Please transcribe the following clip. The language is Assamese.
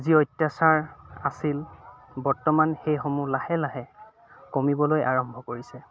যি অত্যাচাৰ আছিল বৰ্তমান সেইসমূহ লাহে লাহে কমিবলৈ আৰম্ভ কৰিছে